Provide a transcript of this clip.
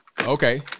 Okay